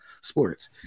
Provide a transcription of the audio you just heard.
sports